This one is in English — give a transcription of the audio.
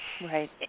Right